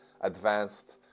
advanced